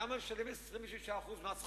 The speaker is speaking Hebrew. למה לשלם 26% מס חברות?